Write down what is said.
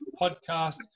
podcast